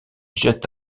jette